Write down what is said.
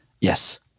Yes